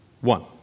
One